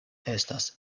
estas